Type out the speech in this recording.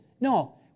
No